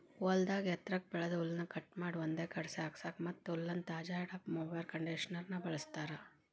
ಹೊಲದಾಗ ಎತ್ರಕ್ಕ್ ಬೆಳದ ಹುಲ್ಲನ್ನ ಕಟ್ ಮಾಡಿ ಒಂದ್ ಕಡೆ ಸಾಗಸಾಕ ಮತ್ತ್ ಹುಲ್ಲನ್ನ ತಾಜಾ ಇಡಾಕ ಮೊವೆರ್ ಕಂಡೇಷನರ್ ನ ಬಳಸ್ತಾರ